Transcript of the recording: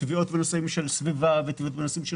תביעות בנושאים של סביבה ובנושאים של